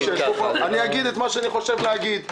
אני אגיד את מה שאני חושב להגיד,